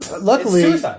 Luckily